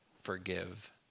forgive